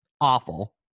awful